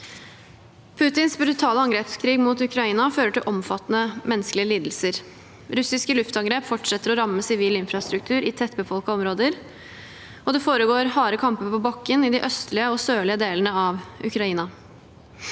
Putins brutale angrepskrig mot Ukraina fører til omfattende menneskelige lidelser. Russiske luftangrep fortsetter å ramme sivil infrastruktur i tettbefolkede områder, og det foregår harde kamper på bakken i de østlige og sørlige delene av Ukraina.